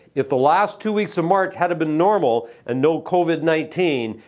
if the last two weeks of march had been normal and no covid nineteen,